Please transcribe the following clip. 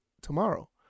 tomorrow